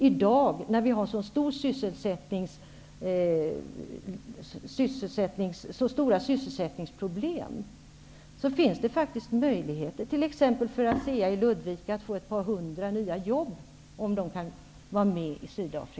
I dag, när vi har så stora sysselsättningsproblem, finns det faktiskt möjligheter för t.ex. ASEA i Ludvika att få ett par hundra nya jobb, om företaget kan vara med i